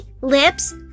lips